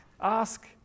ask